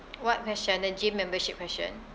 what question the gym membership question